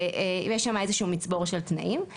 ויש עוד מצבור של תנאים.